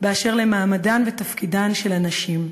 באשר למעמדן ותפקידן של הנשים.